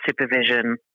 supervision